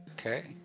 Okay